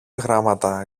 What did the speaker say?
γράμματα